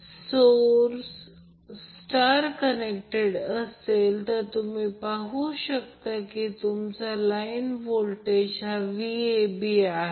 त्या संदर्भात हा अँगल 30° आहे Van च्या संदर्भात तो 90° आहे आणि Van च्या संदर्भात हा 210° आहे